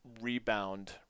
rebound